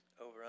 over